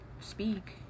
speak